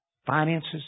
Finances